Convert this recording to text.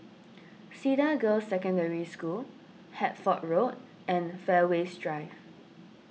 Cedar Girls' Secondary School Hertford Road and Fairways Drive